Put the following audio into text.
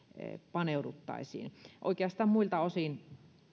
paneuduttaisiin oikeastaan muilta osin